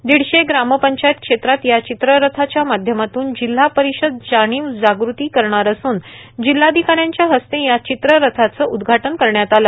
दीडशे ग्रामपंचायत क्षेत्रात या चित्ररथाच्या माध्यमातून जिल्हा परिषद जाणीवजागृती करणार असून जिल्हाधिकाऱ्यांच्या हस्ते या चित्ररथाचे उदघाटन करण्यात आले